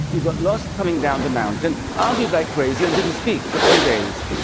you got lost coming down the mountain, argued like crazy and didn't speak for two days.